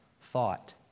thought